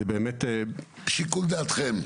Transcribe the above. שיקול דעתכם.